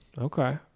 Okay